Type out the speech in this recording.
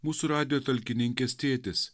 mūsų radijo talkininkės tėtis